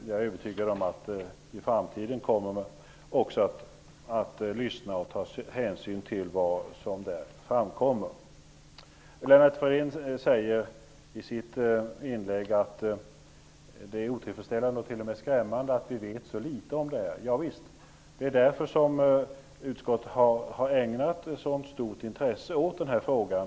Jag är övertygad om att man också i framtiden kommer att ta hänsyn till vad som framkommer. Rune Thorén sade i sitt inlägg att det är otillfredsställande och t.o.m. skrämmande att vi vet så litet. Ja visst, det är därför som utskottet har ägnat ett så stort intresse åt den här frågan.